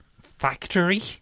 factory